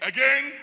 Again